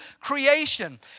creation